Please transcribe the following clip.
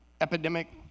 epidemic